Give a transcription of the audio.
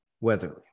Weatherly